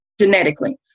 genetically